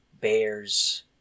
bears